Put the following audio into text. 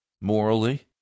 morally